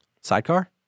Sidecar